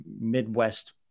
Midwest